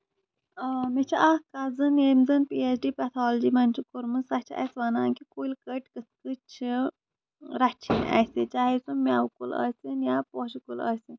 آ مےٚ چھُ اکھ کَزٕن ییٚمۍ زَن پی ایچ ڈی پیتھولجی منٛز چھُ کوٚرمُت سۄ چھِ اسہِ وَنان کہِ کُلۍ کٔٹۍ کٕتھ پٲٹھۍ چھِ رَچھِنۍ اَسہِ چاہے سُہ میوٕ کُلۍ ٲسِنۍ یا پوشہٕ کُل ٲسِنۍ